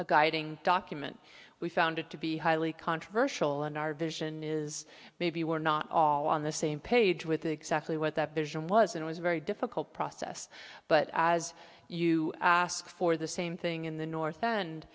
a guiding document we found it to be highly controversial and our vision is maybe we're not all on the same page with exactly what that vision was it was a very difficult process but as you ask for the same thing in the north and